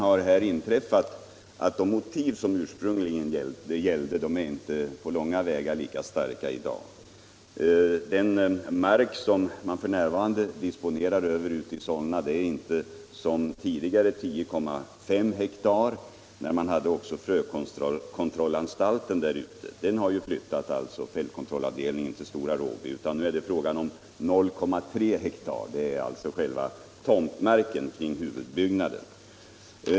Under tiden har inträffat att de motiv som ursprungligen gällde inte på långa vägar är lika starka i dag. Den mark som man f. n. disponerar ute i Solna är inte som tidigare 10,5 hektar, utan sedan en del av verksamheten flyttat till Stora Råby är det nu fråga om bara 0,3 hektar. Det är alltså själva tomtmarken kring huvudbyggnaden.